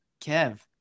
Kev